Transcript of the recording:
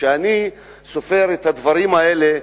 כשאני סופר את הדברים האלה,